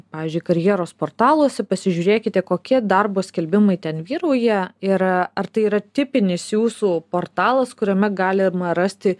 pavyzdžiui karjeros portaluose pasižiūrėkite kokie darbo skelbimai ten vyrauja ir ar tai yra tipinis jūsų portalas kuriame galima rasti